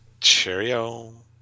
Cheerio